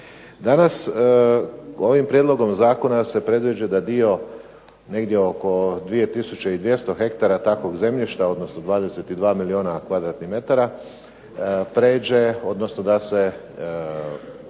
Danas ovim prijedlogom zakona se predviđa da dio negdje oko 2 tisuće 200 hektara takvog zemljišta odnosno 22 milijuna kvadratnih metara prijeđe odnosno da se